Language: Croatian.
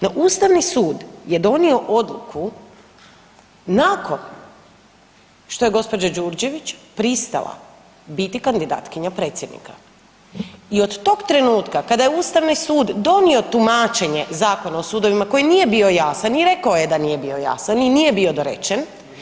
No Ustavni sud je donio odluku nakon što je gđa. Đurđević pristala biti kandidatkinja predsjednika i od tog trenutka kada je Ustavni sud donio tumačenje Zakona o sudovima koji nije bio jasan i rekao da je da nije bio jasan i nije bio dorečen